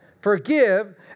Forgive